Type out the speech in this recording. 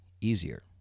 easier